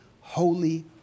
holy